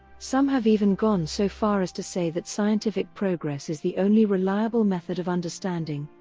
some have even gone so far as to say that scientific progress is the only reliable method of understanding,